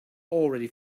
already